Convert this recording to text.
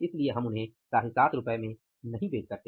इसलिए हम उन्हें 75 रु में नहीं बेच सकते